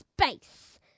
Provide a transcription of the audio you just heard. space